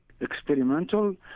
experimental